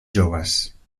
joves